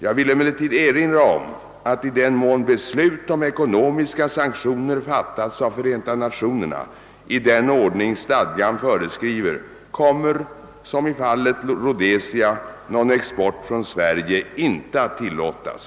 Jag vill emellertid erinra om att det i den mån beslut om ekonomiska sanktioner fattats av Förenta Nationerna i den ordning stadgan föreskriver kommer, såsom i fallet Rhodesia, någon export från Sverige inte att tillåtas.